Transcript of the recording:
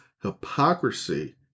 hypocrisy